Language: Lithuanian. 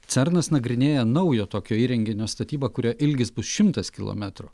cernas nagrinėja naujo tokio įrenginio statybą kurio ilgis bus šimtas kilometrų